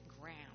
ground